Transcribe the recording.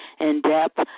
in-depth